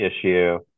issue